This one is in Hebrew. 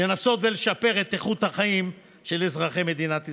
לנסות ולשפר את איכות החיים של אזרחי מדינת ישראל.